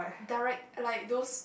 direct like those